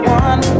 one